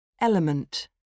Element